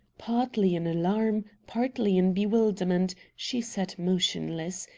partly in alarm, partly in bewilderment, she sat motionless,